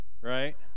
right